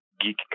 geek